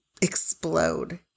explode